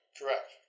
correct